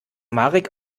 marek